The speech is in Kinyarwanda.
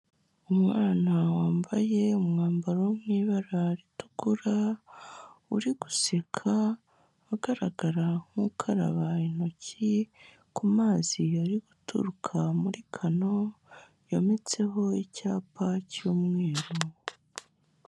Umwana wambaye umwambaro wo mu ibara ritukura, uri guseka ugaragara nk'ukaraba intoki, ku mazi ari guturuka muri kano, yometseho icyapa cy'umweru.